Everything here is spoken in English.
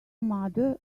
mother